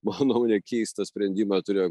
mano nuomone keistą sprendimą turėjo